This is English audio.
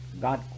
God